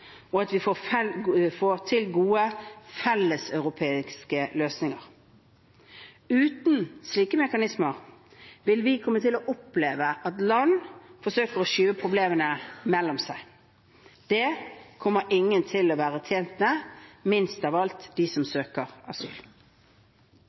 og at vi får til gode felleseuropeiske løsninger. Uten slike mekanismer vil vi oppleve at land forsøker å skyve problemene mellom seg. Det kommer ingen til å være tjent med, minst av alt dem som søker asyl.